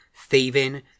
thieving